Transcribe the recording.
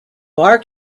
bar